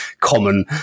common